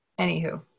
Anywho